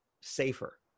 safer